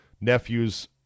nephew's